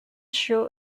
show